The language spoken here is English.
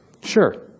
Sure